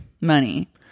money